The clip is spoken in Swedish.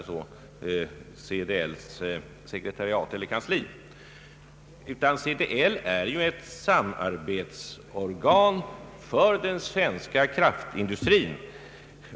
Jag hänvisade till CDL därför att CDL är ett samarbetsorgan för hela den svenska kraftindustrin.